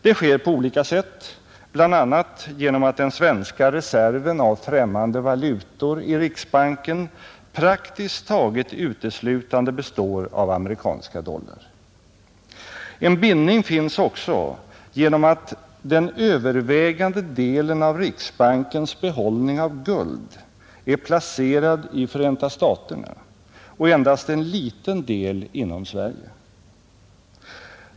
Det sker på olika sätt, bl.a. genom att den svenska reserven av främmande valutor i riksbanken praktiskt taget uteslutande består av amerikanska dollar. En bindning finns också genom att den övervägande delen av riksbankens behållning av guld är placerad i Förenta staterna och endast en liten del inom Sverige.